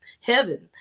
heaven